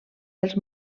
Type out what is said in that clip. dels